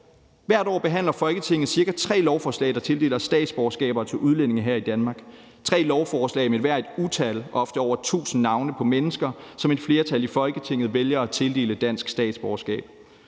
Hvert år behandler Folketinget cirka tre lovforslag, der tildeler statsborgerskaber til udlændinge her i Danmark. Det drejer sig om tre lovforslag med hver et utal, ofte over tusind navne på mennesker, som et flertal i Folketinget vælger at tildele et dansk statsborgerskab.